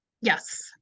Yes